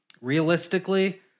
Realistically